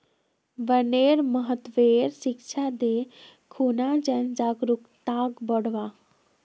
वनेर महत्वेर शिक्षा दे खूना जन जागरूकताक बढ़व्वा